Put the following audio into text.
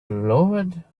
loved